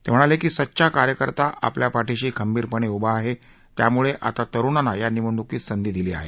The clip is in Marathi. ते म्हणाले की सच्चा कार्यकर्ता आपल्या पाठीशी खंबीरपणे उभा आहे त्यामुळे आता तरूणांना या निवडणुकीत संधी दिली आहे